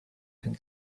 and